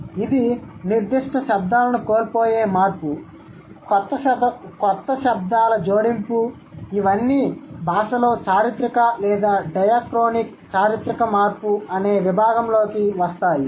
ఇది నిర్దిష్ట శబ్దాలను కోల్పోయే మార్పు కొత్త శబ్దాల జోడింపు ఇవన్నీ భాషలో చారిత్రక లేదా డయాక్రోనిక్ చారిత్రక మార్పు అనే విభాగంలోకి వస్తాయి